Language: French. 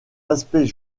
aspects